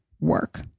work